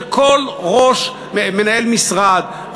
שכל מנהל משרד,